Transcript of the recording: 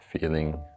feeling